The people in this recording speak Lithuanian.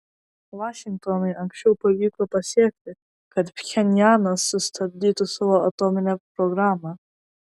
vašingtonui anksčiau pavyko pasiekti kad pchenjanas sustabdytų savo atominę programą